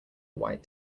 white